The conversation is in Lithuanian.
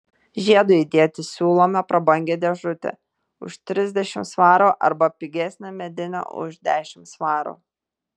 žiedui įdėti siūlome prabangią dėžutę už trisdešimt svarų arba pigesnę medinę už dešimt svarų